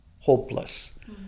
Hopeless